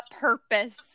purpose